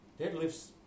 Deadlifts